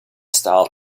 style